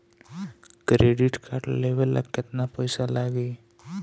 Credit card लेवे ला केतना पइसा लागी?